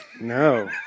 no